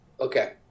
Okay